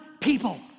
people